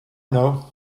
know